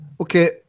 Okay